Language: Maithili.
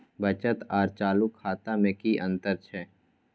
बचत आर चालू खाता में कि अतंर छै?